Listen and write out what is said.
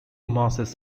masses